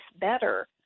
better